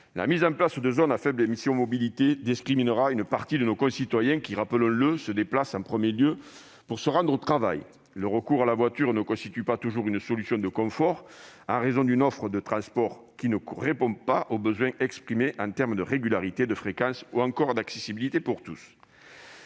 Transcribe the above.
La mise en place de zones à faibles émissions mobilité discriminera une partie de nos concitoyens, qui, rappelons-le, se déplacent en premier lieu pour se rendre au travail. Le recours à la voiture ne constitue pas toujours une solution de confort, en raison d'une offre de transports qui ne répond pas aux besoins exprimés en termes de régularité, de fréquence ou encore d'accessibilité pour tous.